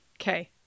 Okay